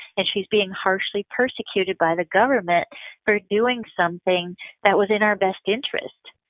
and she's being harshly persecuted by the government for doing something that was in our best interest.